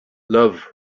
love